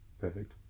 Perfect